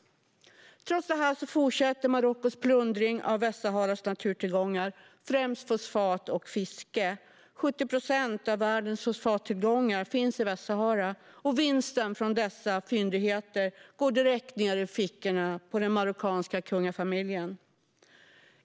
Trots detta fortsätter Marockos plundring av Västsaharas naturtillgångar, främst fosfat och fisk. 70 procent av världens fosfattillgångar finns i Västsahara, och vinsten från dessa fyndigheter går direkt ned i fickorna på den marockanska kungafamiljen.